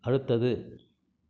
அடுத்தது